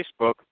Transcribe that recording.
Facebook